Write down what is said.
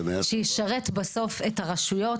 קצה שישרת בסוף את הרשויות.